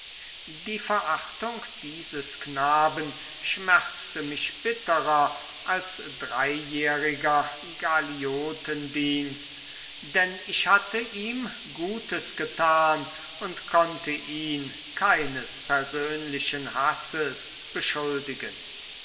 die verachtung dieses knaben schmerzte mich bitterer als dreijähriger galiotendienst denn ich hatte ihm gutes getan und konnte ihn keines persönlichen hasses beschuldigen